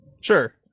Sure